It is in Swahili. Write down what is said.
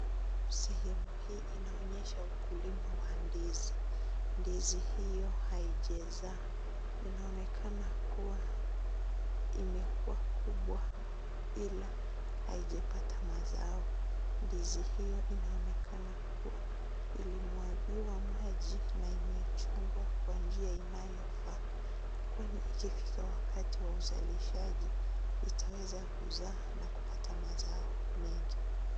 Sehemu hii inaonyesha ukulima wa ndizi. Ndizi hiyo haijazaa. Inaonekana kuwa imekuwa kubwa ila haijapata mazao. Ndizi hiyo inaonekana kuwa ilimwagiwa maji na imechungwa kwa njia inayofaa. Kwani ikifika wakati wa uzalishaji itaweza kuzaa na kupata mazao mengi.